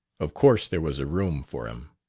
of course there was a room for him.